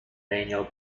daniel